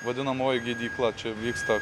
vadinamoji gydykla čia vyksta